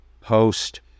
host